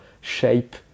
shape